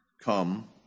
come